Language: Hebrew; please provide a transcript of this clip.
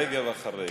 רגב אחר רגב.